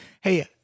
hey